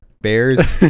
bears